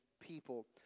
people